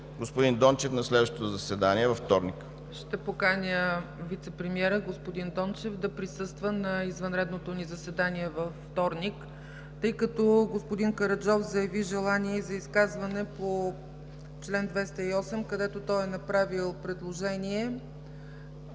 господин Дончев на следващото заседание във вторник. ПРЕДСЕДАТЕЛ ЦЕЦКА ЦАЧЕВА: Ще поканя вицепремиера господин Дончев да присъства на извънредното ни заседание във вторник. Тъй като господин Караджов заяви желание за изказване по чл. 208, където е направил предложение,